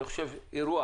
אני חושב שאירוע